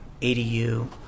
ADU